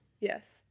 Yes